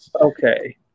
Okay